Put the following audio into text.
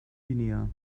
guinea